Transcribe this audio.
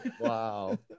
Wow